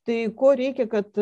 tai ko reikia kad